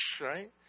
right